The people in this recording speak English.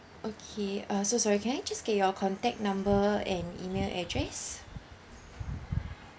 okay uh so sorry can I just get your contact number and email address